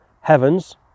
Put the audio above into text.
heavens